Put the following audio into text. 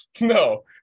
No